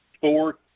four